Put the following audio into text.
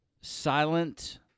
silent